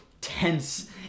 tense